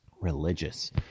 religious